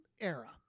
era